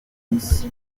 rufus